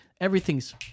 Everything's